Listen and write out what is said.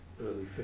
early